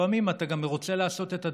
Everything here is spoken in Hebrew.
לפעמים אתה גם רוצה לעשות את הדברים,